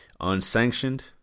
unsanctioned